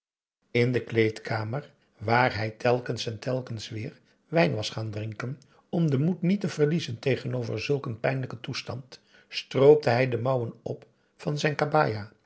in de kleedkamer waar hij telkens en telkens weer wijn was gaan drinken om den moed niet te verliezen tegenover zulk een pijnlijken toestand stroopte hij de mouwen op van zijn